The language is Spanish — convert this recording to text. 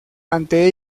ante